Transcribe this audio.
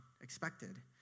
expected